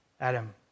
Adam